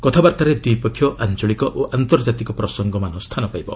କଥାବାର୍ତ୍ତାରେ ଦ୍ୱିପକ୍ଷିୟ ଆଞ୍ଚଳିକ ଓ ଆନ୍ତର୍ଜାତିକ ପ୍ରସଙ୍ଗମାନ ସ୍ଥାନ ପାଇବ